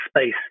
space